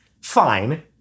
fine